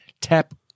Tap